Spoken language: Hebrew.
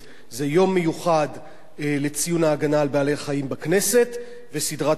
זה יום מיוחד לציון ההגנה על בעלי-חיים בכנסת וסדרת החוקים